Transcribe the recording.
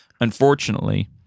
unfortunately